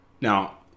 Now